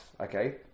Okay